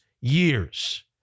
years